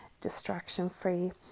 distraction-free